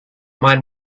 mind